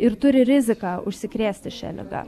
ir turi riziką užsikrėsti šia liga